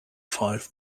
five